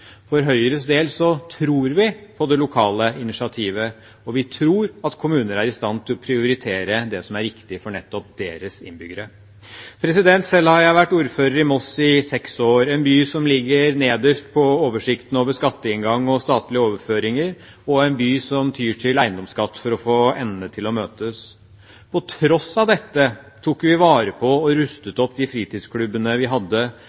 For Høyres del tror vi på det lokale initiativet, og vi tror at kommuner er i stand til å prioritere det som er viktig for nettopp deres innbyggere. Selv har jeg vært ordfører i Moss i seks år, en by som ligger nederst på oversiktene over skatteinngang og statlige overføringer, og en by som tyr til eiendomsskatt for å få endene til å møtes. På tross av dette tok vi vare på og rustet opp de fritidsklubbene vi hadde,